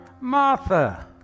Martha